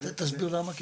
תסביר למה?